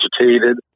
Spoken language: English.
Agitated